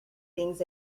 things